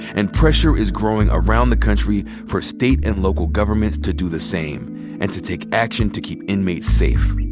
and pressure is growing around the country for state and local governments to do the same and to take action to keep inmates safe.